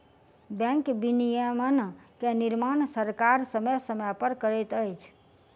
bank विनियमन के निर्माण सरकार समय समय पर करैत अछि